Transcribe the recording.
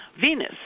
Venus